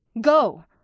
Go